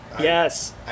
Yes